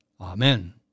Amen